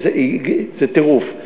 זה טירוף,